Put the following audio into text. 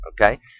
Okay